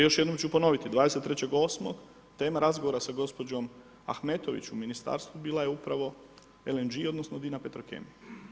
Još jednom ću ponoviti 23.8. tema razgovora sa gospođom Ahmetović u ministarstvu bila je upravo LNG odnosno, DINA petrokemija.